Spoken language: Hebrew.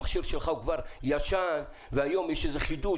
המכשיר שלך הוא כבר ישן והיום יש איזה חידוש,